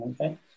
Okay